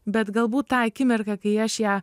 bet galbūt tą akimirką kai aš ją